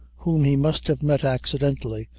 whom he must have met accidentally,